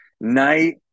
night